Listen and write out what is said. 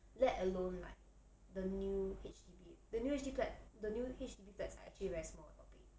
let alone like the new H_D_B the new H_D_B flat the new H_D_B flats are actually very small eh 宝贝